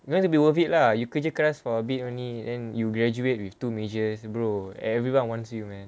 you must be worth it lah you kerja keras for a bit only then you graduate with two majors bro everyone wants you man